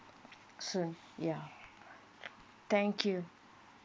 soon ya thank you